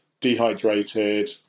Dehydrated